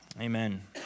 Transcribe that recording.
amen